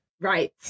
right